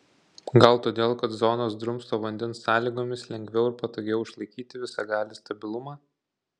gal todėl kad zonos drumsto vandens sąlygomis lengviau ir patogiau išlaikyti visagalį stabilumą